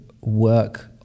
work